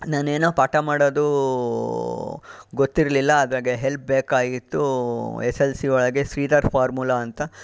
ನಾನೇನು ಪಾಠ ಮಾಡೋದು ಗೊತ್ತಿರಲಿಲ್ಲ ಅದ್ರಾಗೆ ಹೆಲ್ಪ್ ಬೇಕಾಗಿತ್ತು ಎಸ್ ಎಲ್ ಸಿ ಒಳಗೆ ಸೀ ದಟ್ ಫಾರ್ಮುಲ ಅಂತ